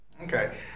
Okay